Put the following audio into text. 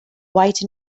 white